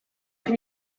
can